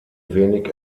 wenig